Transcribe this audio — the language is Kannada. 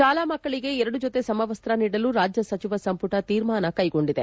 ಶಾಲಾ ಮಕ್ಕಳಿಗೆ ಎರಡು ಜೊತೆ ಸಮವಸ್ತ ನೀಡಲು ರಾಜ್ಯ ಸಚಿವ ಸಂಪುಟ ತೀರ್ಮಾನ ತೆಗೆದುಕೊಂಡಿದೆ